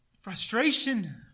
frustration